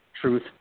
truth